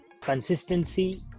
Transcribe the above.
consistency